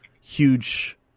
huge